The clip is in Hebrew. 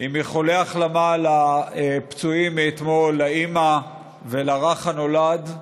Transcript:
באיחולי החלמה לפצועים מאתמול, לאימא ולרך הנולד.